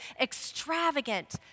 extravagant